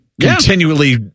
continually